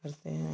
करते हैं